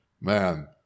man